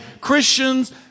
Christians